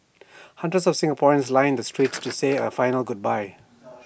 hundreds of Singaporeans lined the streets to say A final goodbye